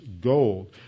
gold